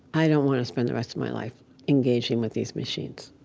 i don't want to spend the rest of my life engaging with these machines.